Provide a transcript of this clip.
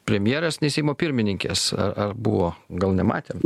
premjerės nei seimo pirmininkės ar ar buvo gal nematėm